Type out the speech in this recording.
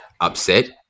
upset